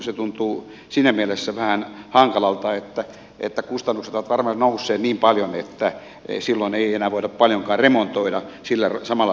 se tuntuu siinä mielessä vähän hankalalta että kustannukset ovat varmaan nousseet niin paljon että silloin ei enää voida paljonkaan remontoida sillä samalla rahalla